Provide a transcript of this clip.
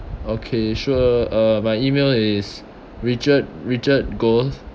okay sure uh my email is richard richard goh